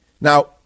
Now